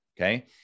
Okay